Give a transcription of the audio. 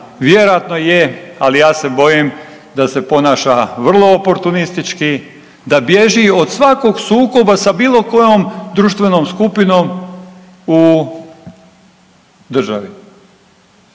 Vjerojatno je, ali ja se bojim da se ponaša vrlo oportunistički, da bježi od svakog sukoba sa bilo kojom društvenom skupinom u državi.